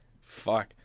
Fuck